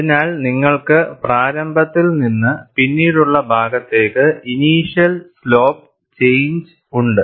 അതിനാൽ നിങ്ങൾക്ക് പ്രാരംഭത്തിൽ നിന്ന് പിന്നീടുള്ള ഭാഗത്തേക്ക് ഇനിഷ്യൽ സ്ലോപ്പ് ചേയിഞ്ചസ് ഉണ്ട്